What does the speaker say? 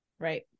Right